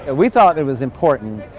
and we thought it was important.